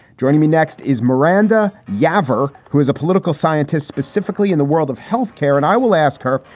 joining me next is miranda yeah garver, who is a political scientist specifically in the world of health care and i will ask her,